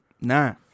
nah